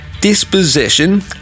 dispossession